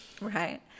right